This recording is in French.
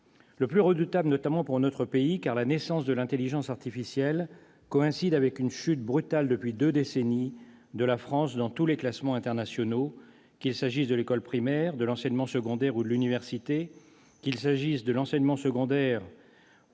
Le plus redoutable notamment pour notre pays, car la naissance de l'intelligence artificielle coïncide avec une chute brutale depuis deux décennies de la France dans tous les classements internationaux, qu'il s'agisse de l'école primaire, de l'enseignement secondaire ou de l'université, qu'il s'agisse de l'enseignement des mathématiques,